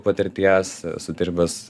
patirties esu dirbęs